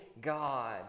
God